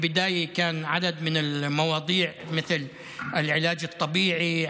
בהתחלה היו כמה נושאים, כמו רפואה טבעית,